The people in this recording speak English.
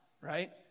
right